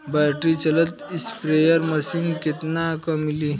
Battery चलत sprayer machine कितना क मिली?